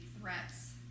threats